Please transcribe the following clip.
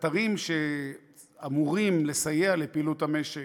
הקטרים שאמורים לסייע לפעילות המשק,